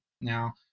Now